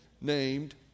named